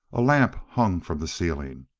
a lamp hung from the ceiling,